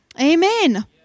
Amen